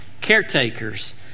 caretakers